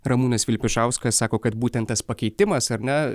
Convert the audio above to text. ramūnas vilpišauskas sako kad būtent tas pakeitimas ar ne